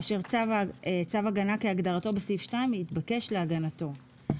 אשר צו הגנה כהגדרתו בסעיף 2 התבקש להגנתו,